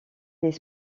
des